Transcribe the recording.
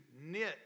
knit